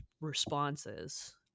responses